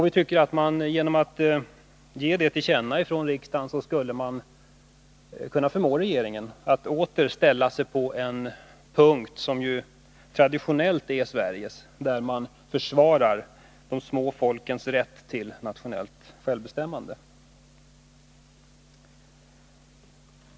Vi tror att riksdagen genom att ge denna vår inställning till känna för regeringen kan förmå regeringen att åter inta den ståndpunkt som traditionellt är Sveriges, nämligen att försvara de små folkens rätt till nationellt självbestämmande.